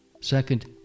Second